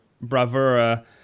bravura